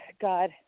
God